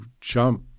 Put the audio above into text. jump